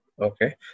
Okay